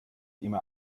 immer